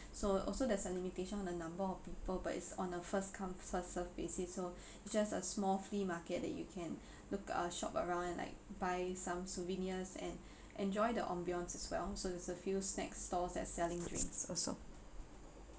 so also there's a limitation on the number of people but it's on a first come first served basis so just a small flea market that you can look uh shop around and like buy some souvenirs and enjoy the ambiance as well so there's a few snacks stalls that's selling drinks also